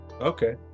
Okay